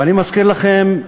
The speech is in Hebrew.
ואני מזכיר לכם,